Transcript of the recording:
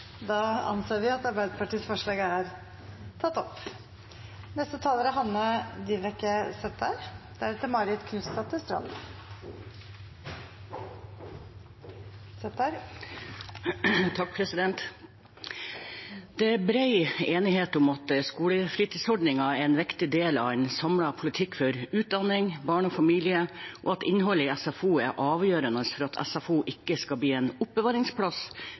Det er bred enighet om at skolefritidsordningen er en viktig del av en samlet politikk for utdanning, barn og familier, og at innholdet i SFO er avgjørende for at SFO ikke skal bli en oppbevaringsplass